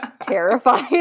terrified